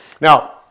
Now